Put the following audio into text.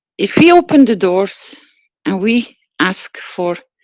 if we open the doors and we ask for